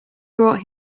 brought